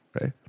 right